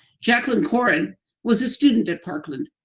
jaclyn corin was a student at parkland.